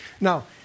Now